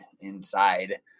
inside